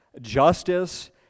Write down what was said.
justice